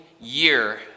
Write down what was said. year